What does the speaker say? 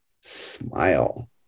Smile